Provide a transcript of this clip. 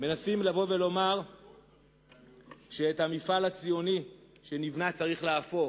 מנסים לומר שאת המפעל הציוני שנבנה צריך להפוך.